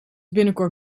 binnenkort